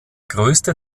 größte